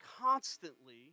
constantly